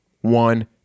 one